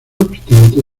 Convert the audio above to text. obstante